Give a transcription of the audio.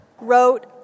wrote